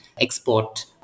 export